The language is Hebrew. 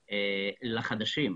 לחדשים.